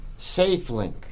SafeLink